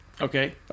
Okay